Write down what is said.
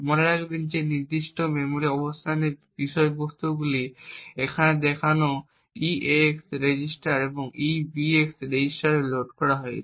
মনে রাখবেন যে এই নির্দিষ্ট মেমরি অবস্থানের বিষয়বস্তুগুলি এখানে দেখানো হিসাবে eax রেজিস্টার এবং ebx রেজিস্টারে লোড করা হয়েছে